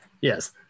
Yes